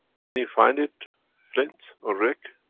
can you find it flint? or rick?